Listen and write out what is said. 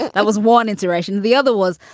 and that was one inspiration. the other was,